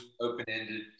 Open-ended